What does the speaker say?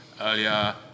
earlier